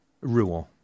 Rouen